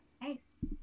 Nice